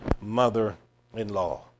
mother-in-law